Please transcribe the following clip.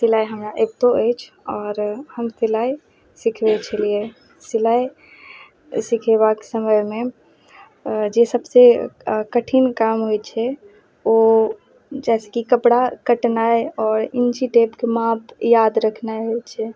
सिलाइ हमरा अबितो अछि आओर हम सिलाइ सिखबै छलियै सिलाइ सिखेबाक समयमे जे सबसे कठिन काम होइ छै ओ जेना कि कपड़ा कटनाइ आओर इंची टेपके माँप याद रखनाइ होइ छै